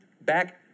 back